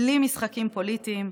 בלי משחקים פוליטיים,